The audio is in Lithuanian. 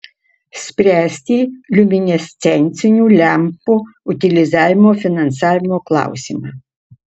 spręsti liuminescencinių lempų utilizavimo finansavimo klausimą